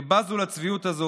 שבזו לצביעות הזו,